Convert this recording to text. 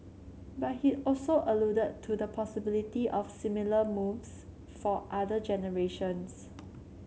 but he also alluded to the possibility of similar moves for other generations